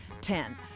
ten